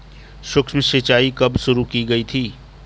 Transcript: सूक्ष्म सिंचाई कब शुरू की गई थी?